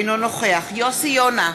אינו נוכח יוסי יונה,